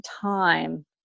time